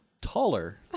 Taller